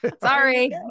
Sorry